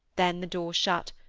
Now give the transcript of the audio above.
then the door shut,